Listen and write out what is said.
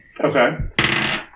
Okay